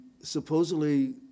supposedly